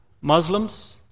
Muslims